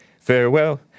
farewell